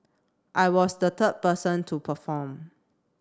I was the third person to perform